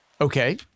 Okay